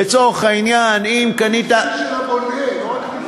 לצורך העניין, אם קנית, של הבונה, לא רק,